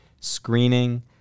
screening